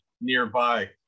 nearby